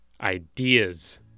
ideas